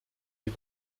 die